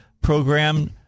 program